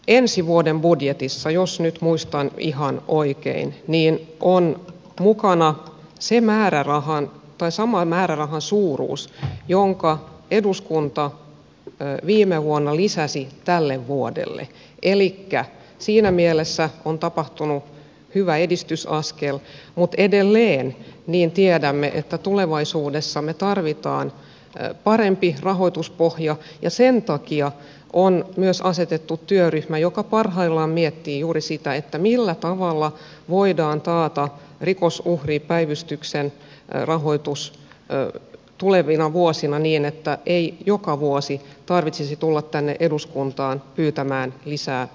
ensi vuoden budjetissa jos nyt muistan ihan oikein on mukana sama määrärahan suuruus jonka eduskunta viime vuonna lisäsi tälle vuodelle elikkä siinä mielessä on tapahtunut hyvä edistysaskel mutta edelleen tiedämme että tulevaisuudessa me tarvitsemme paremman rahoituspohjan ja sen takia on myös asetettu työryhmä joka parhaillaan miettii juuri sitä millä tavalla voidaan taata rikosuhripäivystyksen rahoitus tulevina vuosina niin että ei joka vuosi tarvitsisi tulla tänne eduskuntaan pyytämään lisää apua